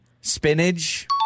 Spinach